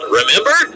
remember